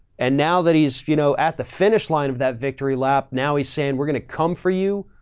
and now that he's, you know, at the finish line of that victory lap, now he's saying, we're going to come for you.